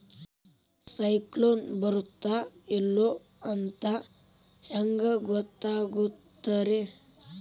ಸೈಕ್ಲೋನ ಬರುತ್ತ ಇಲ್ಲೋ ಅಂತ ಹೆಂಗ್ ಗೊತ್ತಾಗುತ್ತ ರೇ?